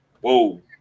Whoa